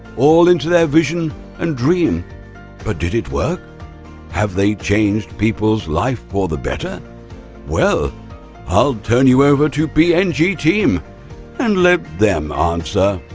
all into their vision and dream but did it work have they changed people's life for the better well i'll turn you over to bng and team and let them answer.